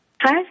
Hi